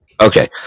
okay